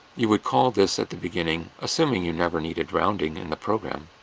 you would call this at the beginning assuming you never needed rounding in the program.